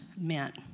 meant